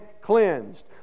cleansed